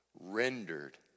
rendered